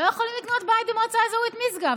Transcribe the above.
לא יכולים לקנות בית במועצה האזורית משגב,